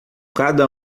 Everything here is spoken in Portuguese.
cada